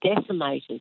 decimated